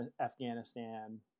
afghanistan